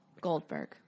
Goldberg